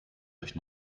durch